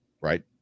Right